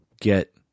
get